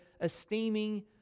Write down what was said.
esteeming